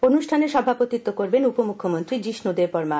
অনুষ্ঠানে সভাপতিত্ব করবেন উপ মুখ্যমন্ত্রী যিষ্ণু দেববর্মা